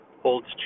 holds